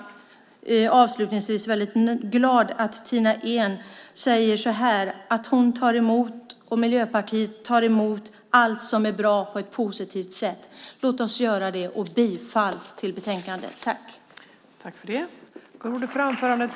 Jag är glad att Tina Ehn sade att hon och Miljöpartiet tar emot allt som är bra på ett positivt sätt. Låt oss göra det. Jag yrkar bifall till förslaget i betänkandet.